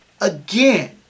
again